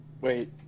Wait